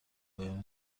پایان